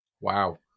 Wow